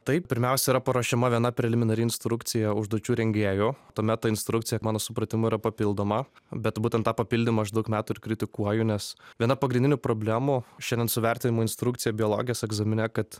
taip pirmiausia yra paruošiama viena preliminari instrukcija užduočių rengėjų tuomet ta instrukcija mano supratimu yra papildoma bet būtent tą papildymą aš daug metų ir kritikuoju nes viena pagrindinių problemų šiandien su vertinimo instrukcija biologijos egzamine kad